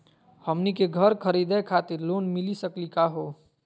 हमनी के घर खरीदै खातिर लोन मिली सकली का हो?